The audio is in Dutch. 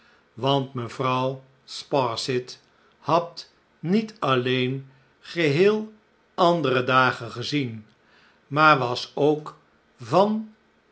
want mevrouw sparsit had niet alleen geheel andere dagen gezien maar was ook van